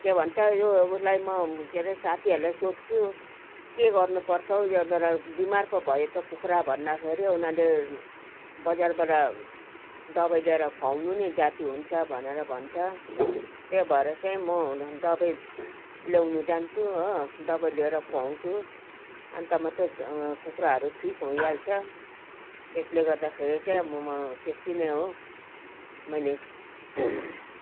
के भन्छ यो उसलाई म साथीहरूलाई सोध्छु के गर्नु पर्छ हौ यो बिमार पो भयो त कुखुरा भन्दाखेरि उनीहरूले बजारबाट दबाई ल्याएर खुवाउनु नि जाति हुन्छ भनेर भन्छ त्यो भएर चाहिँ म दबाई लिनु जान्छु हो दबाई लिएर खुवाउँछु अन्त मात्रै कुखुराहरू ठिक हुइहाल्छ त्यसले गर्दाखेरि चाहिँ अब म त्यत्ति नै हो मैले